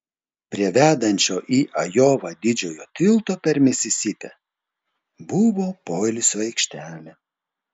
prie vedančio į ajovą didžiojo tilto per misisipę buvo poilsio aikštelė